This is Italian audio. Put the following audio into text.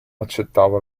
accettava